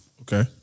Okay